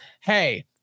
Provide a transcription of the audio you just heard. hey